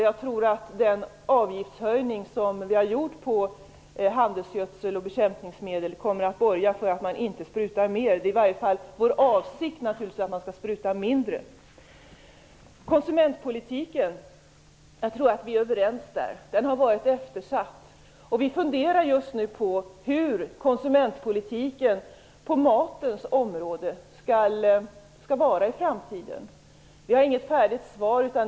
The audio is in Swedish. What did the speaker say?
Jag tror att den avgiftshöjning som vi gjort på handelsgödsel och bekämpningsmedel kommer att borga för att man inte sprutar mer. Vår avsikt är naturligtvis att man skall spruta mindre. Jag tror att vi är överens om konsumentpolitiken. Den har varit eftersatt. Vi funderar just nu på hur konsumentpolitiken på matens område skall vara i framtiden. Vi har inget färdigt svar.